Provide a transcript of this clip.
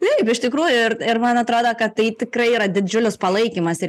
taip iš tikrųjų ir ir man atrodo kad tai tikrai yra didžiulis palaikymas ir